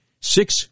Six